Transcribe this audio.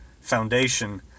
foundation